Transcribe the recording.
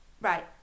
right